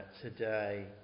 today